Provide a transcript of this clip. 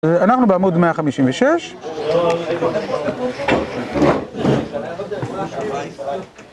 אנחנו בעמוד 156.